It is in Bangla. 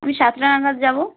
আমি সাতটা নাগাদ যাব